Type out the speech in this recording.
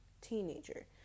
teenager